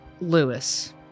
Lewis